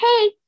hey